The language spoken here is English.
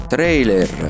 Trailer